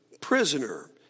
prisoner